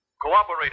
Cooperate